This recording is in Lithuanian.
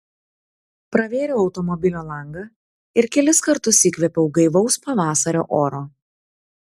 pravėriau automobilio langą ir kelis kartus įkvėpiau gaivaus pavasario oro